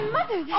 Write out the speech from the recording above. Mother